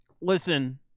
Listen